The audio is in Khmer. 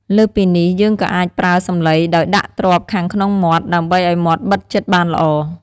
លើសពីនេះយើងក៏អាចប្រើសំឡីដោយដាក់ទ្រាប់ខាងក្នុងមាត់ ដើម្បីឱ្យមាត់បិទជិតបានល្អ។